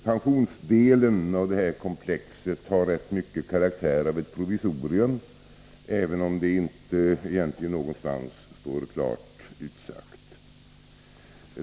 Pensionsdelen i det här komplexet har rätt mycket karaktären av ett provisorium, även om det egentligen inte någonstans står klart utsagt.